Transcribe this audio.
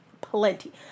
Plenty